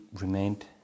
remained